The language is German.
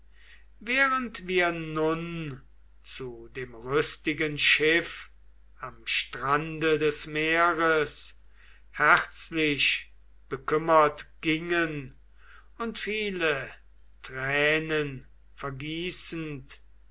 während wir nun zu dem rüstigen schiff am strande des meeres herzlich bekümmert gingen und viele tränen vergießend